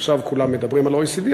עכשיו כולם מדברים על ה-OECD,